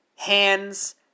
Hands